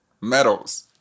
medals